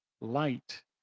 light